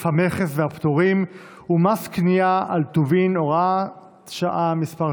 המכס והפטורים ומס קנייה על טובין (הוראת שעה מס'